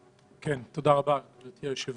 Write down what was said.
תודה רבה, גברתי היושבת-ראש.